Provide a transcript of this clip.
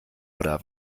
oder